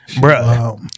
Bro